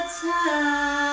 time